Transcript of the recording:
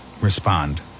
respond